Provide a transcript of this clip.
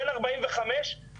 בן 45 שלצערי,